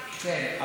כן,